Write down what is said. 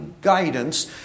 guidance